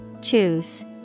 Choose